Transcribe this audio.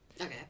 Okay